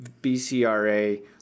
BCRA